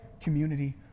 community